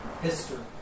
history